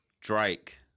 Drake